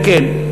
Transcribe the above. זה כן.